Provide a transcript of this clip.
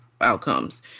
outcomes